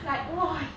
like !wah!